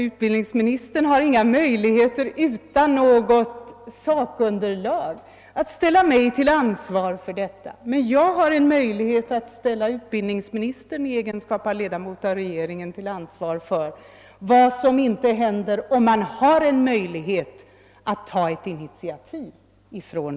Utbildningsministern kan inte utan sakunderlag ställa mig till ansvar härvidlag, men jag kan ställa utbildningsministern i hans egenskap av ledamot av regeringen till ansvar för vad som inte händer, eftersom regeringen har möjlighet att ta ett initiativ.